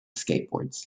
skateboards